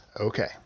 Okay